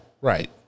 Right